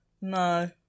No